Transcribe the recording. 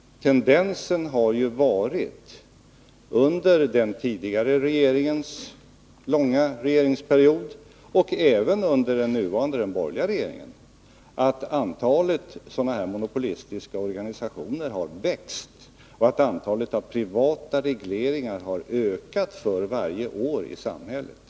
Tendensen har varit — under den tidigare regeringens långa regeringsperiod och även under den nuvarande borgerliga regeringen — att antalet monopolistiska organisationer har växt och antalet privata regleringar har ökat för varje år i samhället.